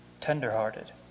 tenderhearted